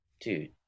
dude